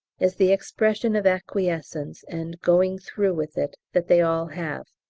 is the expression of acquiescence and going through with it that they all have.